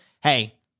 hey